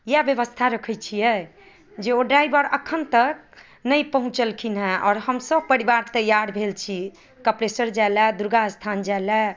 इएहे व्यवस्था रखै छियै जे ओ ड्राइवर एखन तक नहि पहुँचलखिन हेँ आओर हम सभ परिवार तैयार भेल छी कपलेश्वर जाइ लए दुर्गा स्थान जाइ लए